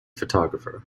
photographer